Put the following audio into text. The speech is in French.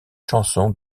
chansons